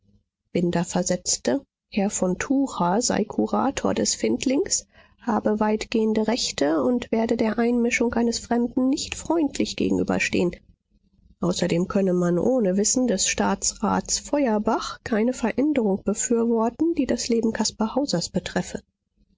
versetzte herr von tucher sei kurator des findlings habe weitgehende rechte und werde der einmischung eines fremden nicht freundlich gegenüberstehen außerdem könne man ohne wissen des staatsrats feuerbach keine veränderung befürworten die das leben caspar hausers betreffe